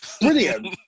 brilliant